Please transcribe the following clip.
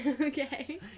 Okay